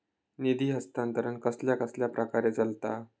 निधी हस्तांतरण कसल्या कसल्या प्रकारे चलता?